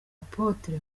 apôtre